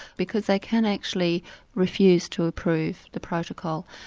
because they can actually refuse to approve the protocol,